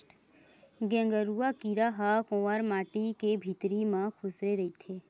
गेंगरूआ कीरा ह कोंवर माटी के भितरी म खूसरे रहिथे